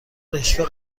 رشوه